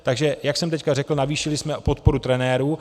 Takže jak jsem teď řekl, navýšili jsme podporu trenérů.